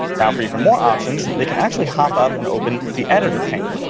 now for even more options, they can actually hop up and open the editor pane.